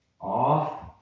Off